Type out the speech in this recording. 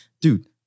Dude